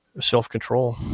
self-control